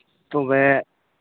ᱛᱚᱵᱮ